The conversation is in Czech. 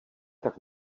tak